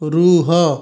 ରୁହ